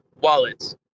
wallets